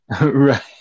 Right